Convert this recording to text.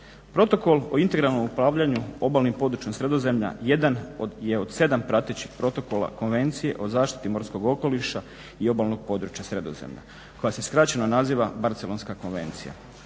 Protokol o integralnom upravljanju obalnim područjem Sredozemlja jedan je od sedam pratećih protokola Konvencije o zaštiti morskog okoliša i obalnog područja Sredozemlja pa se skraćeno naziva Barcelonska konvencija.